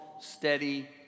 steady